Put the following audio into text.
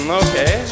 okay